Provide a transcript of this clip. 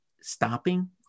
stopping